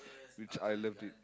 which I loved it